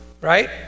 Right